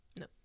No